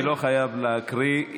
אני לא חייב להקריא.